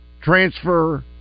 transfer